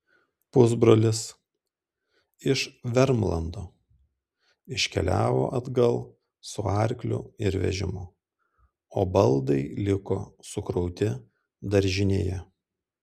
pusbrolis iš vermlando iškeliavo atgal su arkliu ir vežimu o baldai liko sukrauti daržinėje